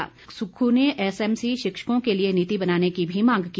सुखविन्द्र सुक्खू ने एसएमसी शिक्षकों के लिए नीति बनाने की भी मांग की